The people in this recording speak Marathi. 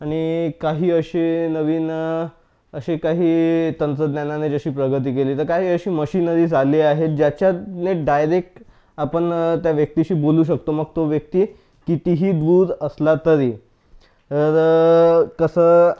आणि काही असे नवीन असे काही तंत्रज्ञानाने जसे प्रगती केली तर काही असे मशीनरीज आली आहे ज्याच्याने डायरेक्ट आपण त्या व्यक्तीशी बोलू शकतो मग तो व्यक्ती कितीही दूर असला तरी तर कसं